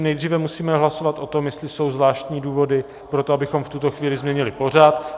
Nejdříve musíme hlasovat o tom, jestli jsou zvláštní důvody pro to, abychom v tuto chvíli změnili pořad.